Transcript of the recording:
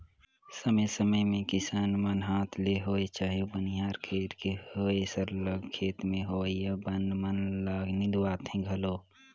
समे समे में किसान मन हांथ ले होए चहे बनिहार कइर के होए सरलग खेत में होवइया बन मन ल निंदवाथें घलो